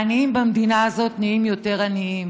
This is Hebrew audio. והעניים במדינה הזאת נהיים יותר עניים.